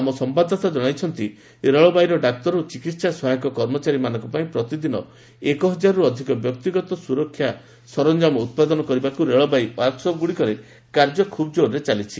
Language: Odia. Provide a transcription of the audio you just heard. ଆମ ସମ୍ଭାଦଦାତା ଜଣାଇଛନ୍ତି ରେଳବାଇର ଡାକ୍ତର ଓ ଚିକିତ୍ସା ସହାୟକ କର୍ମଚାରୀମାନଙ୍କ ପାଇଁ ପ୍ରତିଦିନ ଏକହଜାରରୁ ଅଧିକ ବ୍ୟକ୍ତିଗତ ସୁରକ୍ଷା ସରଞ୍ଜାମ ଉତ୍ପାଦନ କରିବାକୁ ରେଳବାଇ ୱାର୍କସପ୍ଗୁଡ଼ିକରେ କାର୍ଯ୍ୟ ଖୁବ୍ ଜୋରସୋରରେ ଚାଲିଛି